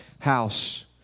house